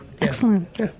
excellent